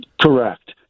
Correct